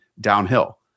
downhill